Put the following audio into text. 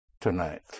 tonight